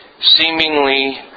seemingly